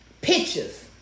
Pictures